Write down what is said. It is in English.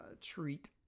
treat